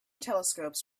telescopes